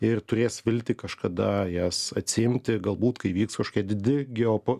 ir turės viltį kažkada jas atsiimti galbūt kai vyks kažkokia didi geopo